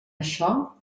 això